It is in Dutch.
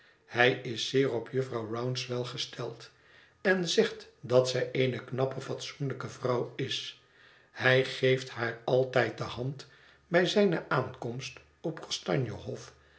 hij is zeer op jufvrouw rouncewell gesteld en zegt dat zij eene knappe fatsoenlijke vrouw is hij geeft haar altijd de hand bij zijne aankomst op kastanje hof